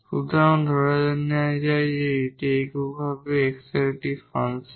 সুতরাং যখন আমরা ধরে নিই যে এটি এককভাবে x এর একটি ফাংশন